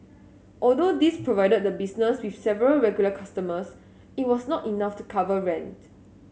although these provided the business with several regular customers it was not enough to cover rent